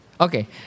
okay